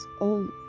old